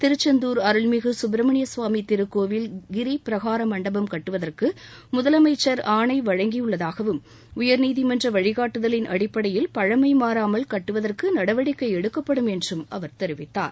திருச்செந்தூர் அருள்மிகு குப்பிரமணியசுவாமி திருக்கோவில் கிரி பிரகார மண்டபம் கட்டுவதற்கு முதலமைச்சர் ஆணை வழங்கியுள்ளதாகவும் உயர்நீதிமன்ற வழிகாட்டுதலின் அடிப்படையில் பழமை மாறாமல் கட்டுவதற்கு நடவடிக்கை எடுக்கப்படும் என்றும் அவர் தெரிவித்தார்